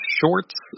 shorts